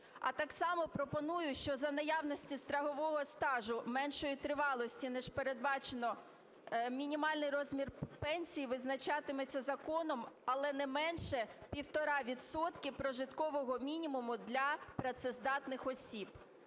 А так само пропоную, що за наявності страхового стажу меншої тривалості, ніж передбачено, мінімальний розмір пенсії визначатиметься законом, але не менше 1,5 відсотка прожиткового мінімуму для працездатних осіб.